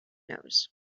knows